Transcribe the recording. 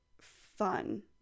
fun